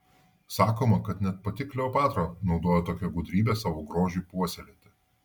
sakoma kad net pati kleopatra naudojo tokią gudrybę savo grožiui puoselėti